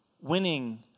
winning